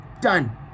done